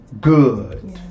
good